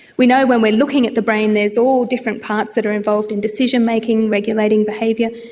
we know when we are looking at the brain there's all different parts that are involved in decision-making, regulating behaviour,